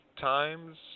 times